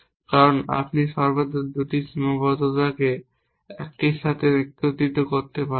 কারণ আপনি সর্বদা 2টি সীমাবদ্ধতাকে 1 এর সাথে একত্রিত করতে পারেন